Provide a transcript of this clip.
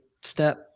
step